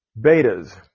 Betas